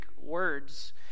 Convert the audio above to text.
words